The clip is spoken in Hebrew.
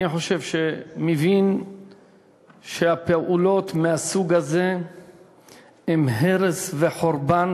אני חושב שמבין שפעולות מהסוג הזה הן הרס וחורבן